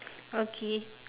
okay